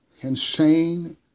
insane